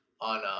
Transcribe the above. on –